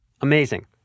Amazing